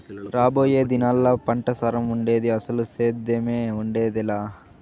రాబోయే దినాల్లా పంటసారం ఉండేది, అసలు సేద్దెమే ఉండేదెలా